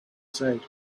said